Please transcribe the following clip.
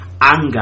anger